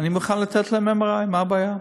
אני מוכן לתת להם MRI, מה הבעיה?